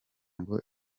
ngo